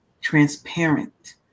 transparent